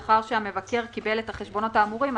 לאחר שהמבקר קיבל את החשבונות האמורים,